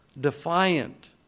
defiant